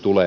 tule